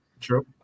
True